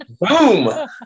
Boom